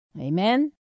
Amen